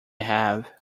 have